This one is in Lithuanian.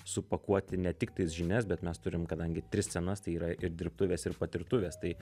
supakuoti ne tik tais žinias bet mes turim kadangi tris scenas tai yra ir dirbtuvės ir patirtuvės tai